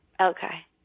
Okay